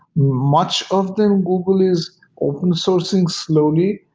much of them google is open sourcing slowly,